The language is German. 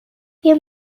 wir